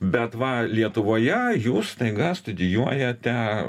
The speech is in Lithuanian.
bet va lietuvoje jūs staiga studijuojate